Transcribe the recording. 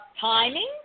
timing